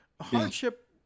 hardship